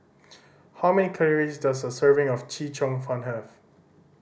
how many calories does a serving of Chee Cheong Fun have